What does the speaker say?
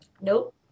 Nope